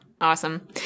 awesome